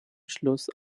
schluss